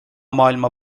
maailma